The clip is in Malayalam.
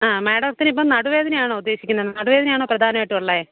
ആ മേടത്തിനിപ്പോൾ നടുവേദനയാണോ ഉദ്ദേശിക്കുന്നത് നടുവേദനയാണോ പ്രധാനമായിട്ടും ഉള്ളത്